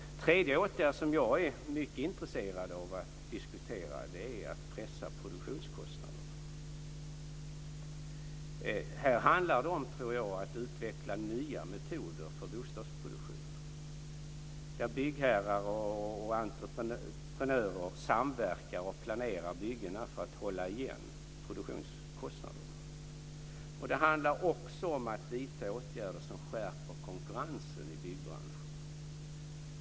En tredje åtgärd som jag är mycket intresserad av att diskutera är att pressa produktionskostnaderna. Här handlar det, tror jag, om att utveckla nya metoder för bostadsproduktion där byggherrar och entreprenörer samverkar och planerar byggena för att hålla igen produktionskostnaderna. Det handlar också om att vidta åtgärder som skärper konkurrensen i byggbranschen.